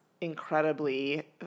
incredibly